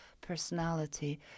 personality